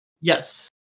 yes